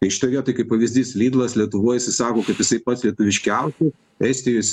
tai šitoj vietoj kaip pavyzdys lidlas lietuvoj jisai sako kad jisai pats lietuviškiausias estijos